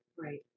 Right